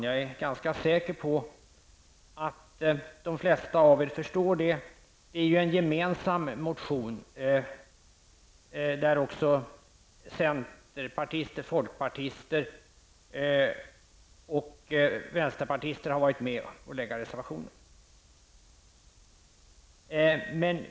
Jag är ganska säker på att de flesta av er förstår det. Det är ju en gemensam reservation, som även centerpartiser, folkpartister och vänsterpartister har varit med om att lägga fram.